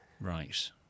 right